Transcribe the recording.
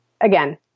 again